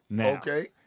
Okay